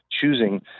choosing